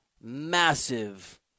massive